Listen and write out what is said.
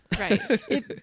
Right